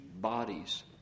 bodies